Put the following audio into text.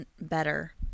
better